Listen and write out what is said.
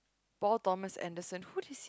Paul Thomas Anderson who this